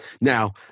Now